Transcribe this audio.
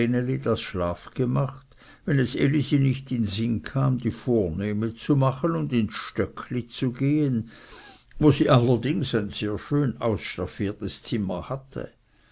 das schlafgemach wenn es elisi nicht in sinn kam die vornehme zu machen und ins stöckli zu gehen wo sie allerdings ein sehr schön ausstaffiertes zimmer hatte